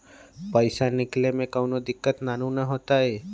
पईसा निकले में कउनो दिक़्क़त नानू न होताई?